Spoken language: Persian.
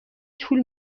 طول